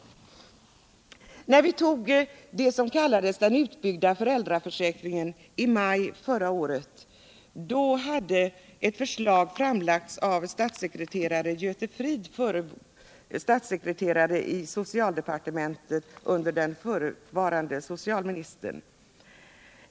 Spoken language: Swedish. När vi I maj förra året antog den s.k. utbyggda föräldraförsäkringen, hade ett förslag framlagts av Göte Fridh, som var statssekreterare i socialdepartementet under den förre socialministern.